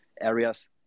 areas